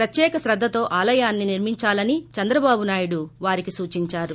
ప్రత్యేక క్రద్దతో ఆలయాన్సి నిర్మించాలని చంద్రబాబు నాయుడు వారికి సూచించారు